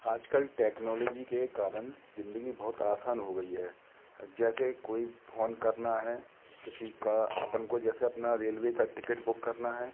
आजकल टेक्नोलॉजी के कारण ज़िंदगी बहुत आसान हो गई है जैसे कोई फ़ोन करना है किसी का अपन को जैसे अपना रेलवे का टिकट बुक करना है